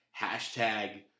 hashtag